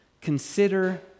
consider